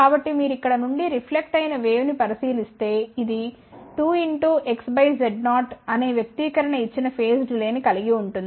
కాబట్టి మీరు ఇక్కడ నుండి రిఫ్లెక్ట్ అయిన వేవ్ ని పరిశీలిస్తే ఇది 2 X Z0 అనే వ్యక్తీకరణ ఇచ్చిన ఫేజ్ డిలే ని కలిగి వుంటుంది